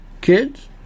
kids